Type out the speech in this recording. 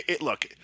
look